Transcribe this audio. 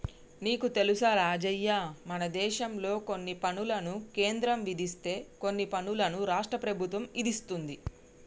నీకు తెలుసా రాజయ్య మనదేశంలో కొన్ని పనులను కేంద్రం విధిస్తే కొన్ని పనులను రాష్ట్ర ప్రభుత్వం ఇదిస్తుంది